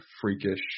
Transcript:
freakish